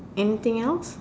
anything else